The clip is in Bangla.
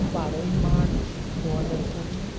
বারোই মার্চ দু হাজার কুড়ি